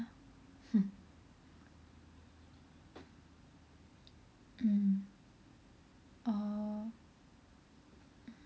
mm orh